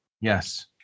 Yes